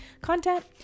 content